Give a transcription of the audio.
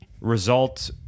result